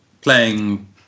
playing